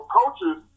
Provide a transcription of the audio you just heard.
coaches